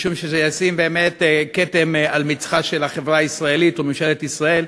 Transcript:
משום שזה יטיל באמת כתם על החברה הישראלית וממשלת ישראל,